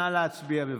נא להצביע, בבקשה.